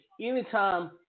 anytime